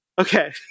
okay